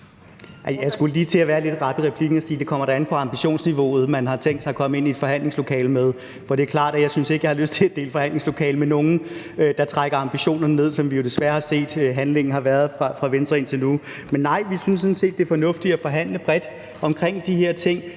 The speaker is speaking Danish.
Jeg skulle lige til at være lidt rap i replikken og sige, at det da kommer an på det ambitionsniveau, man har tænkt sig at komme ind i forhandlingslokalet med. Det er klart, at jeg ikke synes, at jeg har lyst til at dele forhandlingslokale med nogle, der trækker ambitionerne ned, som vi jo desværre har set at handlingen har været indtil nu fra Venstres side. Men nej, vi synes sådan set, det er fornuftigt at forhandle bredt om de her ting.